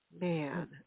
man